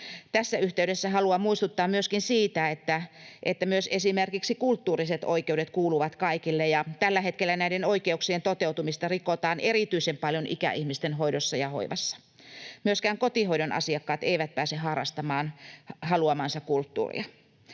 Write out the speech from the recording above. Tässä yhteydessä haluan muistuttaa myöskin siitä, että esimerkiksi myös kulttuuriset oikeudet kuuluvat kaikille, ja tällä hetkellä näiden oikeuksien toteutumista rikotaan erityisen paljon ikäihmisten hoidossa ja hoivassa. Myöskään kotihoidon asiakkaat eivät pääse harrastamaan haluamaansa kulttuuria.